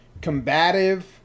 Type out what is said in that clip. combative